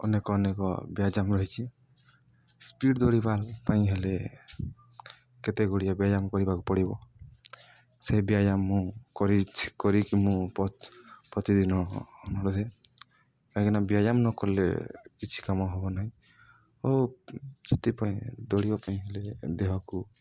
ଅନେକ ଅନେକ ବ୍ୟାୟାମ୍ ରହିଛି ସ୍ପିଡ଼୍ ଦୌଡ଼ିବା ପାଇଁ ହେଲେ କେତେ ଗୁଡ଼ିଏ ବ୍ୟାୟାମ କରିବାକୁ ପଡ଼ିବ ସେ ବ୍ୟାୟାମ ମୁଁ କରି କରିକି ମୁଁ ପ୍ରତିଦିନ କରେ କାହିଁକିନା ବ୍ୟାୟାମ ନକଲେ କିଛି କାମ ହେବ ନାହିଁ ଓ ସେଥିପାଇଁ ଦୌଡ଼ିବା ପାଇଁ ହେଲେ ଦେହକୁ